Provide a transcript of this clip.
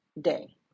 Day